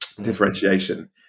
differentiation